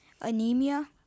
anemia